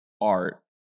art